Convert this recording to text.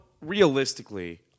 realistically